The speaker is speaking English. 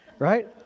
right